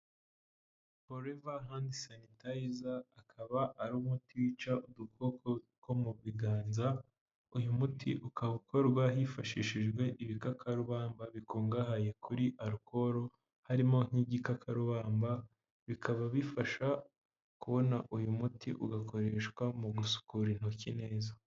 poliver hand sanitizer akaba ari umuti wica udukoko two mu biganza, uyu muti ukaba ukorwa hifashishijwe ibikakarubamba bikungahaye kuri arikoro harimo nk'igikakarubamba bikaba bifasha kubona uyu muti ugakoreshwa mu gusukura intoki neza.